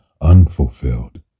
unfulfilled